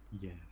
Yes